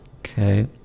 okay